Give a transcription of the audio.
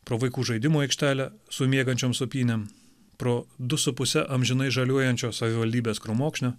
pro vaikų žaidimų aikštelę su miegančiom supynėm pro du su puse amžinai žaliuojančio savivaldybės krūmokšnio